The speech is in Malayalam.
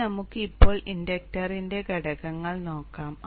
ഇനി നമുക്ക് ഇപ്പോൾ ഇൻഡക്റ്ററിന്റെ ഘടകങ്ങൾ നോക്കാം